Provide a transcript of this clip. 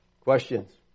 Questions